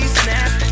snap